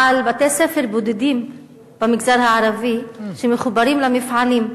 בתי-ספר בודדים במגזר הערבי שמחוברים למפעלים,